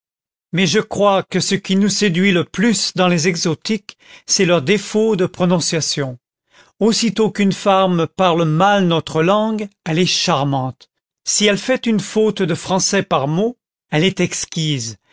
mais je crois que ce qui nous séduit le plus dans les exotiques c'est leur défaut de prononciation aussitôt qu'une femme parle mal notre langue elle est charmante si elle fait une faute de français par mot elle est exquise